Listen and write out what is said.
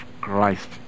Christ